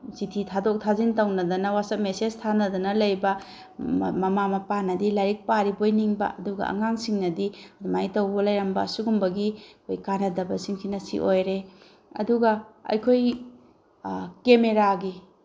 ꯆꯤꯊꯤ ꯊꯥꯗꯣꯛ ꯊꯥꯖꯤꯟ ꯇꯧꯅꯗꯅ ꯋꯥꯆꯞ ꯃꯦꯁꯦꯖ ꯊꯥꯅꯗꯅ ꯂꯩꯕ ꯃꯃꯥ ꯃꯄꯥꯅꯗꯤ ꯂꯥꯏꯔꯤꯛ ꯄꯥꯔꯤꯕꯣꯏ ꯅꯤꯡꯕ ꯑꯗꯨꯒ ꯑꯉꯥꯡꯁꯤꯡꯅꯗꯤ ꯑꯗꯨꯃꯥꯏꯅ ꯇꯧꯔ ꯂꯩꯔꯝꯕ ꯁꯨꯒꯨꯝꯕꯒꯤ ꯑꯩꯈꯣꯏ ꯀꯥꯟꯅꯗꯕꯁꯤꯡꯁꯤꯅ ꯁꯤ ꯑꯣꯏꯔꯦ ꯑꯗꯨꯒ ꯑꯩꯈꯣꯏ ꯀꯦꯃꯦꯔꯥꯒꯤ